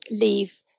leave